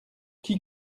qui